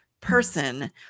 person